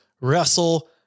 wrestle